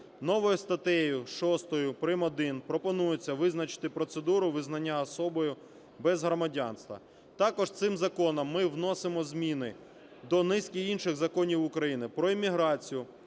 Новою статтею 6 прим.1 пропонується визначити процедуру визнання особою без громадянства. Також цим законом ми вносимо зміни до низки інших законів України: про імміграцію;